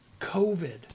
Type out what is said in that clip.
COVID